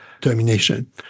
termination